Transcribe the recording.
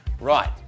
Right